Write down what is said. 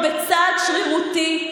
בצעד שרירותי,